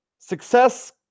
Success